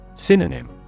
Synonym